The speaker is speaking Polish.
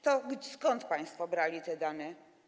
To skąd państwo brali te dane?